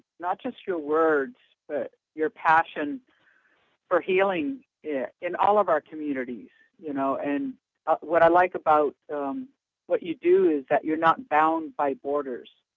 not just your words, but your passion for healing in all of our communities. you know and what i like about what you do is that you're not bound by borders.